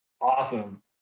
awesome